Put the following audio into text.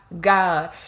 God